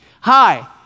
Hi